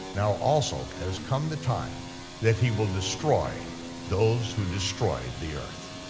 now also has come the time that he will destroy those who destroyed the earth.